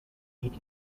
heed